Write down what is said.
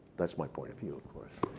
that's my point of view, of course.